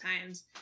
times